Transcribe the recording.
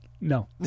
No